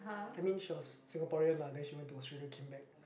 I mean she was Singaporean lah then she went to Australia came back